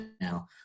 now